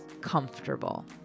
comfortable